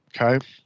okay